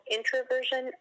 Introversion